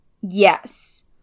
yes